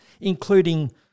including